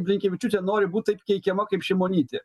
blinkevičiūtė nori būt taip keikiama kaip šimonytė